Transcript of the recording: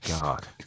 god